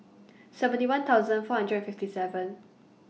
seventy one thousand four hundred and fifty seven